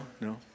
no